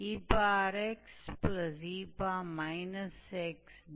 अब हम देखते हैं कि यहाँ यह टर्म मूल रूप से इस टर्म का डेरिवैटिव है